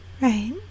Right